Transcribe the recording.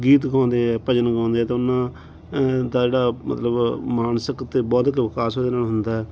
ਗੀਤ ਗਾਉਂਦੇ ਹੈ ਭਜਨ ਗਾਉਂਦੇ ਹੈ ਤਾਂ ਉਹਨਾਂ ਦਾ ਜਿਹੜਾ ਮਤਲਬ ਮਾਨਸਿਕ ਤੇ ਬੌਧਿਕ ਵਿਕਾਸ ਇਹਦੇ ਨਾਲ ਹੁੰਦਾ